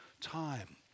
time